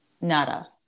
nada